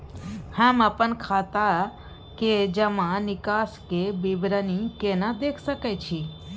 हम अपन खाता के जमा निकास के विवरणी केना देख सकै छी?